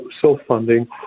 self-funding